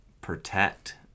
protect